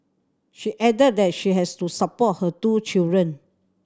she added that she has to support her two children